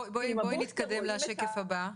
בואי נתקדם לשקף הבא.